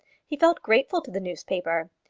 he felt grateful to the newspaper.